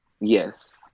yes